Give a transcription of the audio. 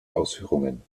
ausführungen